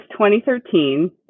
2013